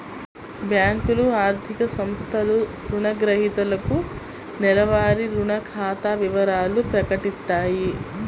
బ్యేంకులు, ఆర్థిక సంస్థలు రుణగ్రహీతలకు నెలవారీ రుణ ఖాతా వివరాలను ప్రకటిత్తాయి